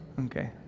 Okay